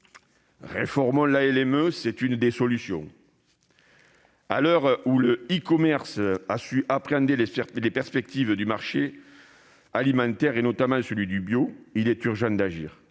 Réformons la LME : c'est l'une des solutions. À l'heure où l'e-commerce a su se saisir des perspectives du marché alimentaire, notamment celui du bio, il est urgent d'agir.